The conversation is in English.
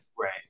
Right